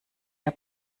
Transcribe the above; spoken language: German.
der